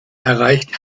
erreicht